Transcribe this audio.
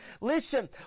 Listen